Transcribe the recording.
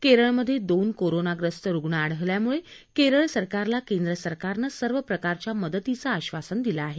केरळमध्ये दोन कोरोनाग्रस्त रुग्ण आढळल्यामुळे केरळ सरकारला केंद्र सरकारन सर्व प्रकारच्या मदतीचं आक्षासन दिलं आहे